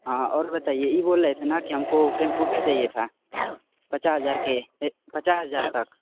हाँ और बताइए यह बोल रहे थे ना कि हमको कम्प्यूटर चाहिए था पचास हज़ार के पचास हज़ार तक